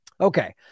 Okay